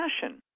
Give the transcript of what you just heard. fashion